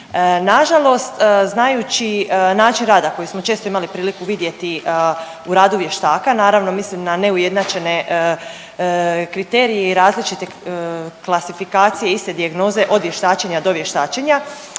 Nažalost, znajući način rada koji smo često imali priliku vidjeti u radu vještaka, naravno mislim na neujednačene kriterije i različite klasifikacije iste dijagnoze od vještačenja do vještačenja,